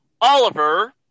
Oliver